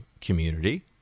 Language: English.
community